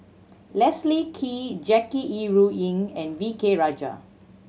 Leslie Kee Jackie Yi Ru Ying and V K Rajah